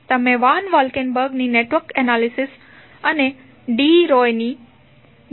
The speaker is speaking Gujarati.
તમે વાન વાલ્કેનબર્ગની નેટવર્ક એનાલિસિસ અને ડી